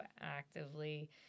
actively